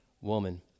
woman